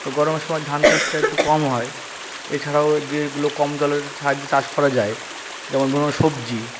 তো গরমের সময় ধান চাষটা একটু কম হয় এছাড়াও যেগুলো কম জলের সাহায্যে চাষ করা যায় যেমন ধরুন সবজি